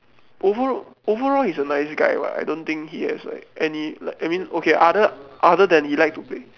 over~ overall he's a nice guy [what] I don't think he has like any like I mean okay other other than he like to play